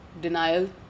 Denial